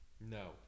No